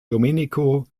domenico